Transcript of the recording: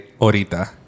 ahorita